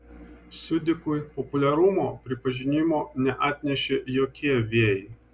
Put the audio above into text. siudikui populiarumo pripažinimo neatnešė jokie vėjai